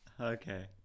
Okay